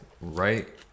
right